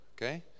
okay